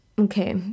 Okay